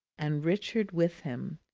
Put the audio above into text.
and richard with him,